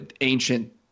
ancient